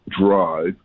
Drive